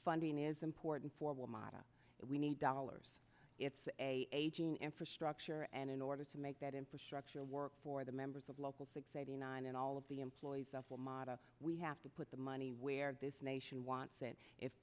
funding is important for the model we need dollars it's a aging infrastructure and in order to make that infrastructure work for the members of local six eighty nine and all of the employees of a model we have to put the money where this nation wants it if